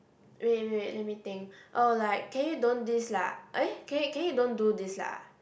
wait wait wait let me think oh like can you don't this lah eh can you can you can you don't do this lah